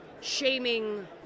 shaming